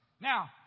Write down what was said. Now